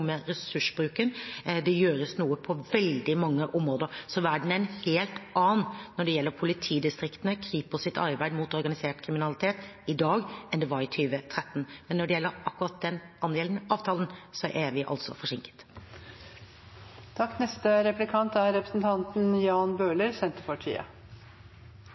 med ressursbruken. Det gjøres noe på veldig mange områder. Så verden er en helt annen når det gjelder politidistriktene og Kripos’ arbeid mot organisert kriminalitet i dag, enn det var i 2013. Men når det gjelder akkurat den angjeldende avtalen, er vi forsinket.